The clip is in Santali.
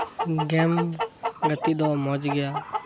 ᱜᱮᱢ ᱜᱟᱛᱮᱜ ᱫᱚ ᱢᱚᱸᱡᱜᱮᱭᱟ